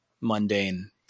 mundane